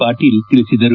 ಪಾಟೀಲ್ ತಿಳಿಸಿದರು